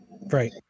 Right